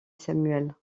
samuel